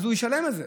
אז הוא ישלם את זה.